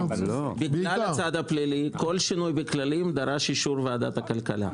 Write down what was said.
בגלל הצד הפלילי כל שינוי בכללים דרש שינוי בוועדת הכלכלה.